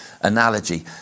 analogy